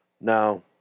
Now